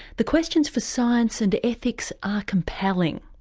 the questions for science and ethics are compelling.